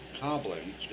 cobbling